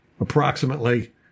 Approximately